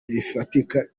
rifatika